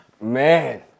Man